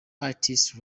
artists